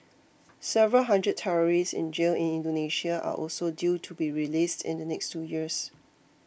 several hundred terrorists in jail in Indonesia are also due to be released in the next two years